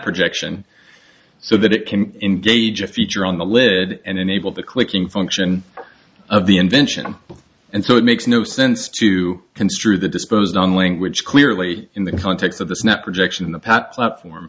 projection so that it can engage a future on the lid and enable the clicking function of the invention and so it makes no sense to construe the disposed on language clearly in the context of the snap projection the pap platform